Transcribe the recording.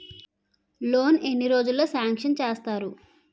Loan ఎన్ని రోజుల్లో sanction చేస్తారు?